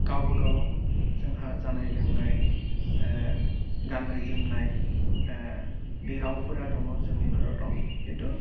गावबागाव जोंहा जानाय लोंनाय गान्नाय जोमन्नाय बे रावफोरा दङ जोंनि भारताव खिन्थु